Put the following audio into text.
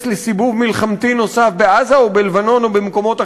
לסיבוב מלחמתי נוסף בעזה או בלבנון או במקומות אחרים,